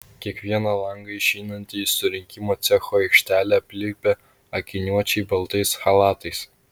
kiekvieną langą išeinantį į surinkimo cecho aikštelę aplipę akiniuočiai baltais chalatais